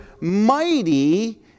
mighty